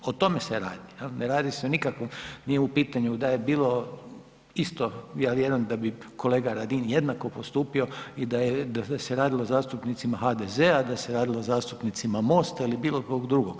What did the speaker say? Dakle, o tome se radi jel, ne radi se o nikakvom, nije u pitanju da je bilo isto ja vjerujem da bi kolega Radin jednako postupio i da se radilo o zastupnicima HDZ-a, da se radilo o zastupnicima MOST-a ili bilo kog drugog.